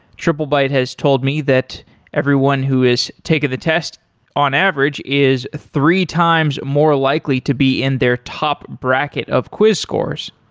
triplebyte has told me that everyone who has taken the test on average is three times more likely to be in their top bracket of quiz course.